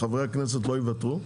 חברי הכנסת לא יוותרו,